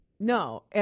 No